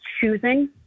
choosing